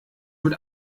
mit